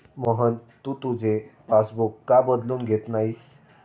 मोहन, तू तुझे पासबुक का बदलून घेत नाहीस?